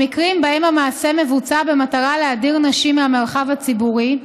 במקרים שבהם המעשה מבוצע במטרה להדיר נשים מהמרחב הציבורי,